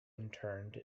interned